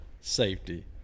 safety